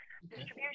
distribution